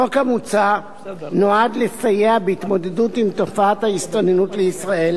החוק המוצע נועד לסייע בהתמודדות עם תופעת ההסתננות לישראל